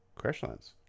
Crashlands